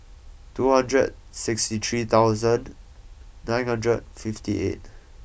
two hundred sixty three thousand nine hundred fifty eight